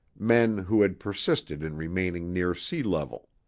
men who had persisted in remaining near sea-level.